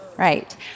Right